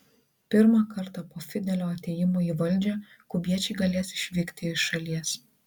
pirmą kartą po fidelio atėjimo į valdžią kubiečiai galės išvykti iš šalies